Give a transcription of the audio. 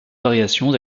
variations